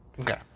Okay